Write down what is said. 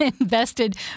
invested